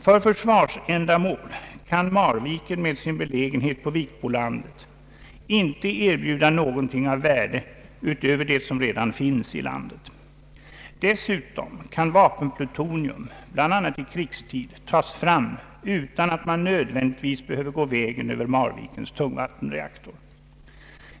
För försvarsändamål kan Marviken med sin belägenhet på Vikbolandet inte erbjuda någonting av värde utöver det som redan finns i landet. Dessutom kan vapenplutonium bl.a. i krigstid tas fram utan att man nödvändigtvis behöver gå vägen över Marvikens tungvattenreaktor.